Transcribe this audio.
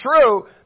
true